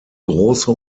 große